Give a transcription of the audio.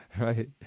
Right